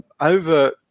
over